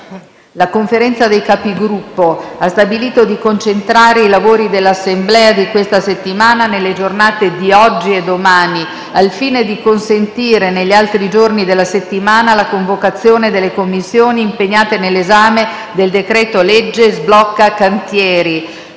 La Conferenza dei Capigruppo ha stabilito di concentrare i lavori dell'Assemblea di questa settimana nelle giornate di oggi e domani, al fine di consentire, negli altri giorni della settimana, la convocazione delle Commissioni impegnate nell'esame del decreto-legge sblocca cantieri.